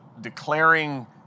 declaring